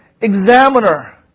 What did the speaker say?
examiner